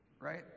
right